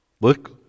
Look